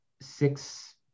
six